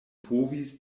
povis